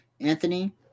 Anthony